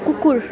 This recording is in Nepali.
कुकुर